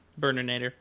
Burninator